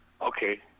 okay